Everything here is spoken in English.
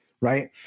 right